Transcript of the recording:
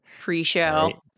pre-show